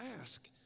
ask